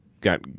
got